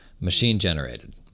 machine-generated